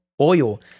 oil